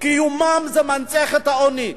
קיומם מנציח את העוני,